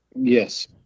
Yes